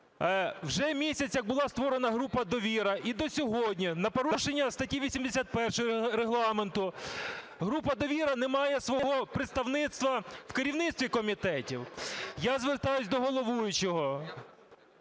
вже місяць, як була створена група "Довіра", і до сьогодні на порушення статті 81 Регламенту група "Довіра" не має свого представництва в керівництві комітетів. Я звертаюсь до головуючого,